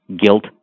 guilt